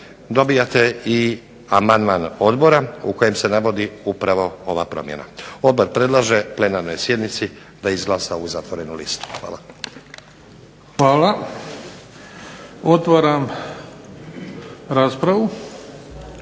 dobivate i amandman odbora u kojem se navodi upravo ova promjena. Odbor predlaže plenarnoj sjednici da izglasa ovu zatvorenu listu. Hvala. **Bebić, Luka